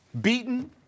beaten